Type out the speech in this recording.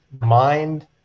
mind